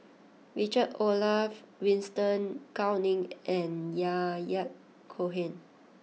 Richard Olaf Winstedt Gao Ning and Yahya Cohen